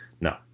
no